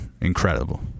incredible